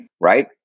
right